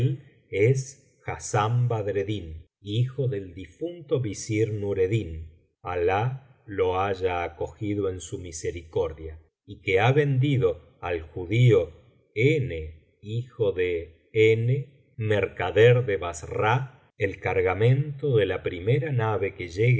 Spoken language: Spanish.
es hassán badreddin hijo del difunto visir nureddin alah lo haya acogido en su misericordia y que ha vendido al judío hijo de n mercader de bassra el cargamento de la primera nave que